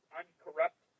uncorrupt